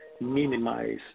minimize